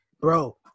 Bro